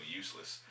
useless